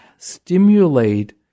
Stimulate